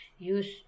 Use